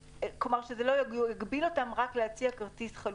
כלומר, שזה לא יגביל אותם רק להציע כרטיס חלופי.